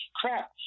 crap